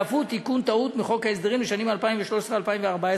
ואף הוא תיקון טעות בחוק ההסדרים לשנים 2013 ו-2014.